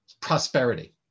prosperity